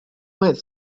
might